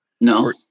No